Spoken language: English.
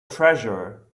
treasure